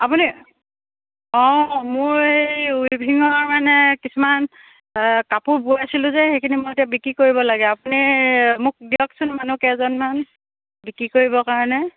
আপুনি অঁ মোৰ এই উইভিঙৰ মানে কিছুমান কাপোৰ বৈ আছিলোঁ যে সেইখিনি মই এতিয়া বিক্ৰী কৰিব লাগে আপুনি মোক দিয়কচোন মানুহ কেইজনমান বিক্ৰী কৰিবৰ কাৰণে